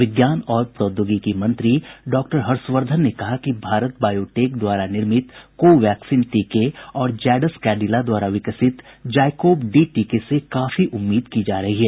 विज्ञान और प्रौद्योगिकी मंत्री डॉक्टर हर्षवर्द्धन ने कहा है कि भारत बायोटेक द्वारा निर्मित कोवैक्सिन टीके और जायडस कैंडिला द्वारा विकसित जाइकोव डी टीके से काफी उम्मीद की जा रही है